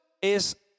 es